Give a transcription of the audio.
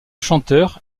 chanteur